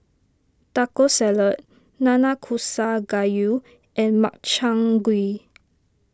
Taco Salad Nanakusa Gayu and Makchang Gui